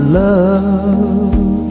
love